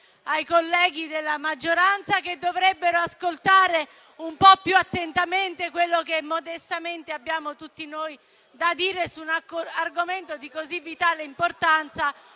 ai colleghi della maggioranza, che dovrebbero ascoltare un po' più attentamente quello che modestamente abbiamo tutti noi da dire su un argomento di così vitale importanza